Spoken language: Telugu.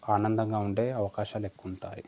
ఆనందంగా ఉండే అవకాశాలు ఎక్కువ ఉంటాయి